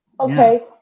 Okay